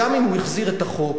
גם אם הוא החזיר את החוק,